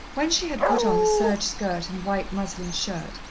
when she had put on the serge skirt and white muslin shirt,